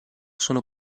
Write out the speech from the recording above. sono